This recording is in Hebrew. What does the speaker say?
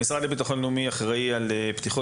המשרד לביטחון לאומי אחראי על פתיחות